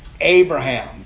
Abraham